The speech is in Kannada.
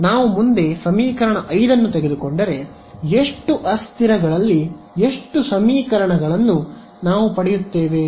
ನಾವು ಮುಂದೆ ಸಮೀಕರಣ 5 ಅನ್ನು ತೆಗೆದುಕೊಂಡರೆ ಎಷ್ಟು ಅಸ್ಥಿರಗಳಲ್ಲಿ ಎಷ್ಟು ಸಮೀಕರಣಗಳನ್ನು ನಾನು ಪಡೆಯುತ್ತೇನೆ